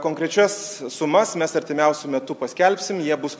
konkrečias sumas mes artimiausiu metu paskelbsim jie bus